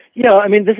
you know, i mean,